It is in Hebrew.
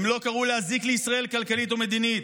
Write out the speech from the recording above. הם לא קראו להזיק לישראל כלכלית או מדינית.